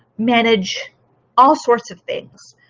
manage all sorts of things.